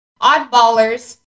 Oddballers